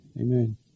Amen